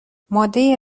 ماده